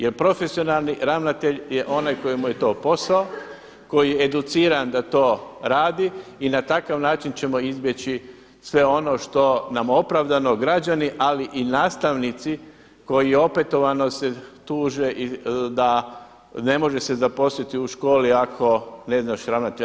Jer profesionalni ravnatelj je onaj koji mu je to posao koji je educiran da to radi i na takav način ćemo izbjeći sve ono što nam opravdano građani, ali i nastavnici koji opetovano se tuže da ne može se zaposliti u školi ako ne znaš ravnatelja.